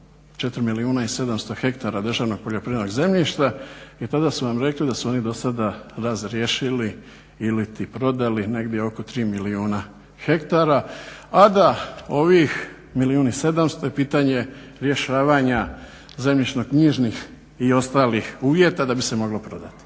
4 milijuna 700 hektara državnog poljoprivrednog zemljišta i tada su vam rekli da su oni do sada razriješili iliti prodali negdje oko 3 milijuna hektara, a da ovih milijun 700 je pitanje rješavanja zemljišnoknjižnih i ostalih uvjeta da bi se moglo prodati.